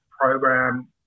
program